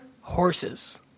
horses